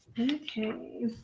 okay